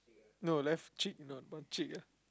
no left cheek not not chick ah